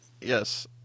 Yes